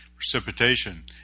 Precipitation